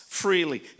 freely